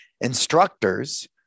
instructors